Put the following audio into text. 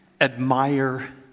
admire